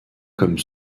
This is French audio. comme